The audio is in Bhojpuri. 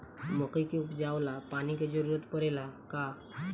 मकई के उपजाव ला पानी के जरूरत परेला का?